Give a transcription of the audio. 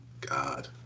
God